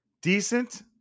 decent